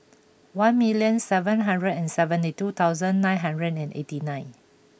one million seven hundred and seventy two thousand nine hundred and eighty nine